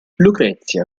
lucrezia